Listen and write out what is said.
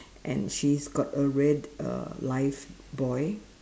and she's got a red uh lifebuoy